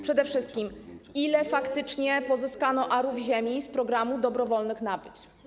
Przede wszystkim ile faktycznie pozyskano arów ziemi z programu dobrowolnych nabyć?